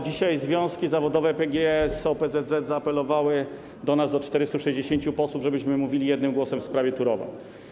Dzisiaj związki zawodowe PGE z OPZZ zaapelowały do nas, do 460 posłów, żebyśmy mówili jednym głosem w sprawie Turowa.